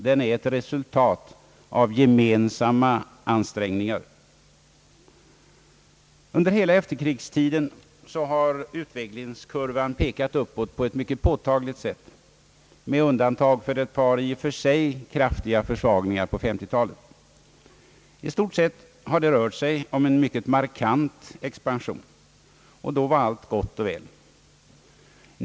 Den är ett resultat av gemensamma ansträngningar. Under hela efterkrigstiden har utvecklingskurvan pekat uppåt på ett mycket påtagligt sätt med undantag för ett par i och för sig kraftiga försvagningar på 1950-talet. I stort sett har det rört sig om en mycket markant expansion, och då var allt gott och väl.